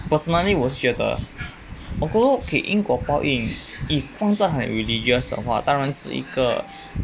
personally 我是觉得 although okay 因果报应 if 放在很 religious 的话当然是一个